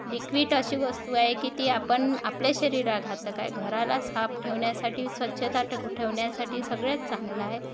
liquid अशी वस्तू आहे की ती आपण आपल्या शरीरा घातक आहे घराला साफ ठेवण्यासाठी स्वच्छता ठकू ठेवण्यासाठी सगळ्यात चांगलं आहे